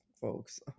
folks